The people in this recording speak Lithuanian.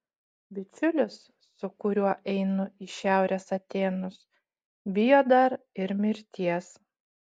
bičiulis su kuriuo einu į šiaurės atėnus bijo dar ir mirties